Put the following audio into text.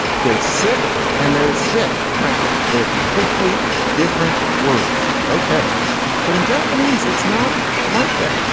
there's sit and there's shit. frankly they are completely different words. ok but in japanese it's not like that.